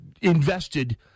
invested